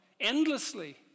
endlessly